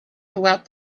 throughout